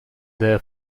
there